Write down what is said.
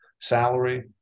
salary